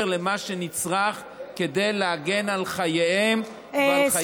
למה שנצרך כדי להגן על חייהם ועל חייו,